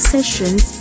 Sessions